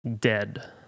Dead